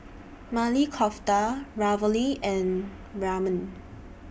Maili Kofta Ravioli and Ramen